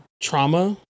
trauma